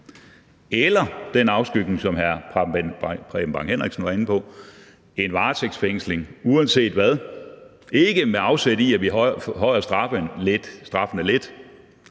eller den afskygning, som hr. Preben Bang Henriksen var inde på, nemlig en varetægtsfængsling uanset hvad – og ikke med afsæt i, at vi forhøjer straffene lidt,